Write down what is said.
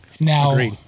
now